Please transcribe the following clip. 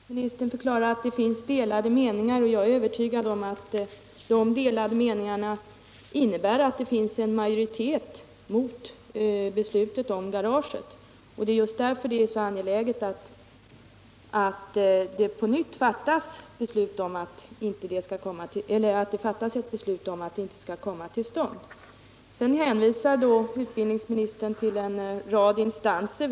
Herr talman! Utbildningsministern förklarar att det finns delade meningar inom partierna. Jag är övertygad om att de delade meningarna innebär att det finns en majoritet mot beslutet om garage. Det är just därför det är så angeläget att det fattas beslut om att garaget inte skall komma till stånd. Sedan hänvisar utbildningsministern till en rad instanser.